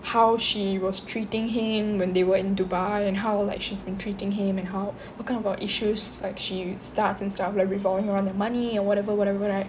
how she was treating him when they were in dubai and how like she's been treating him and how what kind of issues like she starts and stuff like revolving around the money or whatever whatever right